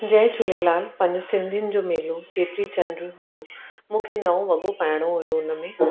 जय झूलेलाल पंहिंजो सिंधियुनि जो मेलो चेटीचंड हुओ मूंखे नओं वॻो पाइणो हुओ हुन में